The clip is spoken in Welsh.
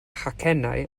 chacennau